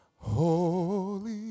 holy